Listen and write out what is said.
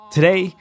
Today